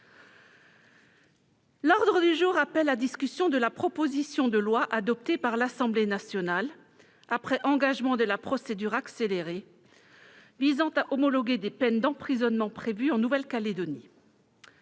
L'ordre du jour appelle la discussion de la proposition de loi, adoptée par l'Assemblée nationale après engagement de la procédure accélérée, visant à homologuer des peines d'emprisonnement prévues en Nouvelle-Calédonie